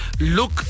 Look